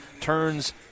Turns